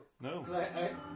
no